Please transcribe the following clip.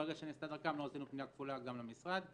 ברגע שנעשתה דרכם לא עשינו פנייה כפולה גם למשרד.